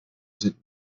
sind